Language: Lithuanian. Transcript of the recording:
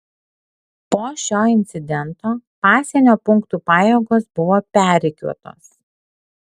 po šio incidento pasienio punktų pajėgos buvo perrikiuotos